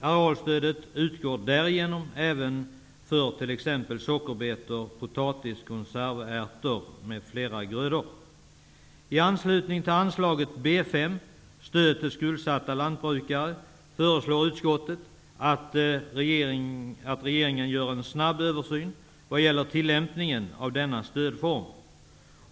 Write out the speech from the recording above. Arealstödet utgår därigenom även för t.ex. sockerbetor, potatis, ärter m.fl. grödor. I anslutning till anslaget B 5, Stöd till skuldsatta lantbrukare, föreslår utskottet att regeringen gör en snabb översyn vad gäller tillämpningen av denna stödform.